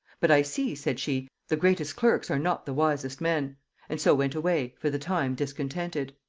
but i see said she, the greatest clerks are not the wisest men and so went away for the time discontented.